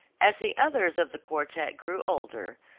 as the others of the quartette grew older,